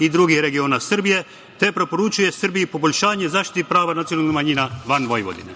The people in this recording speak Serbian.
i drugih regiona Srbije, te preporučuje Srbiji poboljšanje zaštite prava nacionalnih manjina van Vojvodine.